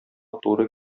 туры